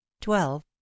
twelve